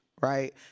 Right